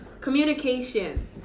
Communication